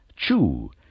Chew